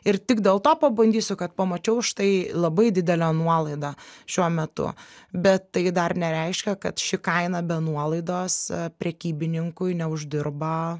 ir tik dėl to pabandysiu kad pamačiau štai labai didelę nuolaidą šiuo metu bet tai dar nereiškia kad ši kaina be nuolaidos prekybininkui neuždirba